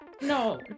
no